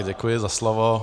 Děkuji za slovo.